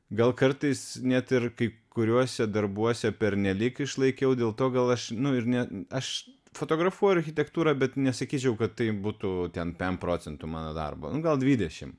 gal kartais net ir kai kuriuose darbuose pernelyg išlaikiau dėl to gal aš nu ir ne aš fotografuoju architektūrą bet nesakyčiau kad tai būtų ten pem procentų mano darbo nu gal dvidešim